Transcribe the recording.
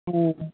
ह